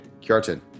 Kjartan